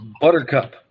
Buttercup